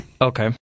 Okay